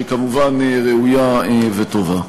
שהיא כמובן ראויה וטובה.